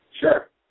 Sure